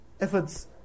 efforts